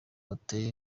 ateye